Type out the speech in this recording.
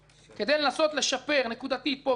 כדי לנסות לשפר נקודתית פה ושם